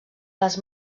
les